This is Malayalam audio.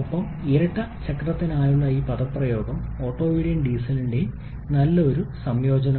ഒപ്പം ഇരട്ട ചക്രത്തിനായുള്ള ഈ പദപ്രയോഗം ഓട്ടോയുടെയും ഡീസലിന്റെയും ഒരു നല്ല സംയോജനമാണ്